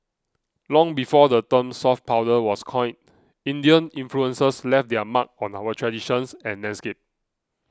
long before the term soft power was coined Indian influences left their mark on our traditions and landscape